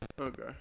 Okay